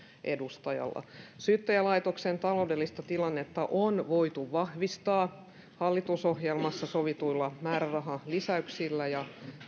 edustajalla syyttäjälaitoksen taloudellista tilannetta on voitu vahvistaa hallitusohjelmassa sovituilla määrärahalisäyksillä ja